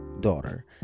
daughter